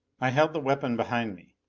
i held the weapon behind me.